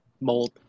mold